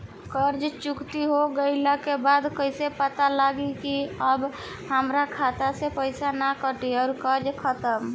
कर्जा चुकौती हो गइला के बाद कइसे पता लागी की अब हमरा खाता से पईसा ना कटी और कर्जा खत्म?